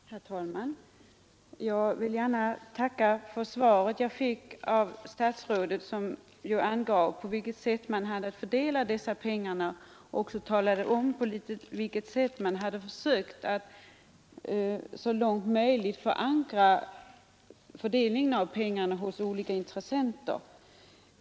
Herr talman! Jag vill gärna tacka för det svar jag fick av statsrådet. Där angavs på vilket sätt Kungl. Maj:t fördelat dessa pengar och också hur man försökt att så långt möjligt förankra beslutet om fördelningen av pengarna hos olika intressenter.